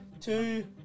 two